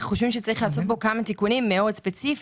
אנו חושבים שצריך לעשות בו כמה תיקונים מאוד ספציפיים.